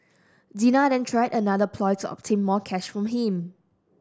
Dina then tried another ploy to obtain more cash from him